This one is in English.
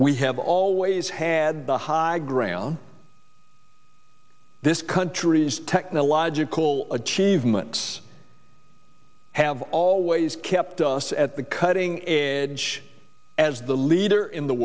we have always had the high ground this country's technological achievements have always kept us at the cutting edge as the leader in the